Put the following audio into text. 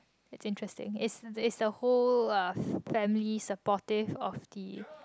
it's interesting is is a whole family supportive of the